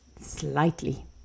slightly